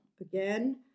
again